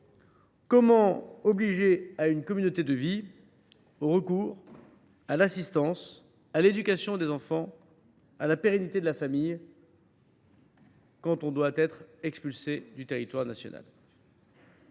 comment contribuer à une communauté de vie, au secours, à l’assistance, à l’éducation des enfants et à la pérennité de la famille quand on doit être expulsé du territoire national ?